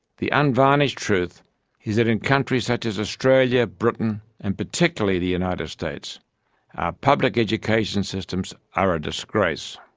the unvarnished truth is that in countries such as australia, britain, and particularly the united states, our public education systems are a disgrace.